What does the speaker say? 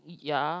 ya